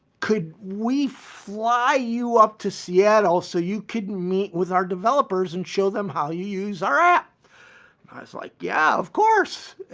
could we fly you up to seattle so you could meet with our developers and show them how you use our app? i was like, yeah, of course.